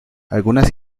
algunas